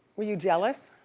were you jealous?